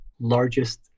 largest